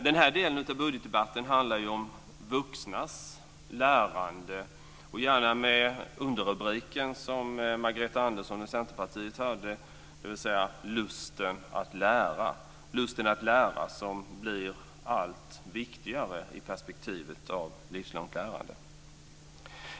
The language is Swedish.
Den här delen av budgetdebatten handlar ju om vuxnas lärande, och då gärna med Margareta Anderssons och Centerpartiets underrubrik om lusten att lära. Lusten att lära blir ju allt viktigare i perspektivet av ett livslångt lärande.